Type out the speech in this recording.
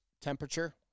temperature